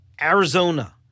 Arizona